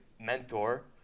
mentor